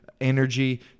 energy